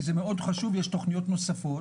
כי זה מאוד חשוב ויש תוכניות נוספות.